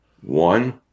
one